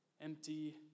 empty